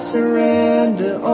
surrender